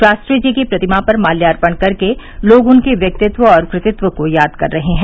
शास्त्री जी की प्रतिमा पर माल्यापण कर के लोग उनके व्यक्तित्व और कृतित्व को याद कर रहे हैं